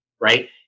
right